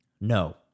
No